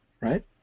right